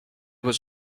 was